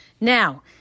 Now